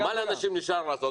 מה נשאר לאנשים לעשות?